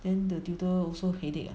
then the tutor also headache ah